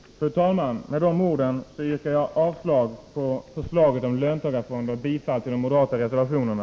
Fru talman! Med de orden yrkar jag avslag på förslaget om löntagarfonder och bifall till de moderata reservationerna.